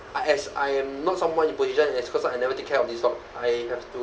I as I am not someone in position as cause I never take care of this dog I have to